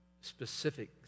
specific